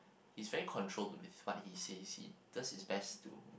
he's very controlled with what he says he does his best too